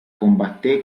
combatté